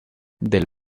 del